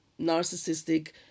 narcissistic